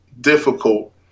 difficult